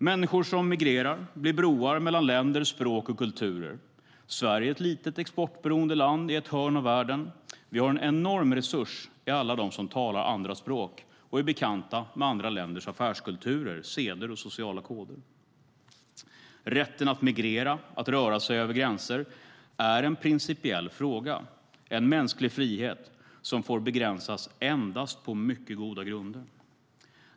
Människor som migrerar blir broar mellan länder, språk och kulturer. Sverige är ett litet, exportberoende land i ett hörn av världen. Vi har en enorm resurs i alla de som talar andra språk och är bekanta med andra länders affärskulturer, seder och sociala koder. Rätten att migrera, att röra sig över gränser, är en principiell fråga, en mänsklig frihet, som får begränsas endast på mycket goda grunder.